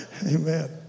Amen